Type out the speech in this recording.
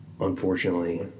unfortunately